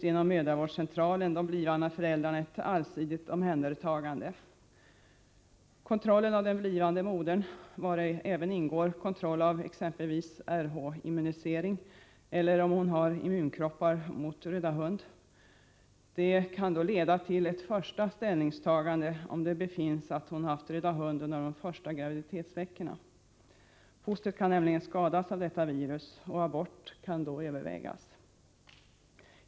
Genom mödravårdscentralen erbjuds då de blivande föräldrarna ett allsidigt omhändertagande. Kontroller av den blivande modern genomförs, vari exempelvis ingår kontroll av Rh-immunisering och av om hon har immunkroppar mot röda hund. Om det visar sig att modern haft röda hund under de första graviditetsveckorna, kan detta leda till ett första ställningstagande. Fostret kan nämligen skadas av detta virus, och abort kan då övervägas.